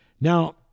Now